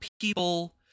people